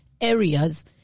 areas